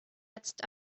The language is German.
jetzt